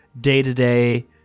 day-to-day